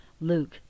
Luke